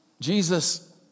Jesus